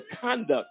conduct